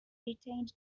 retained